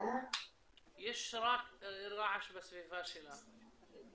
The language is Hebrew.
יש רעש בסביבה שלך.